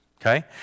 okay